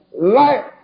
life